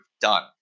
done